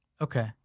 Okay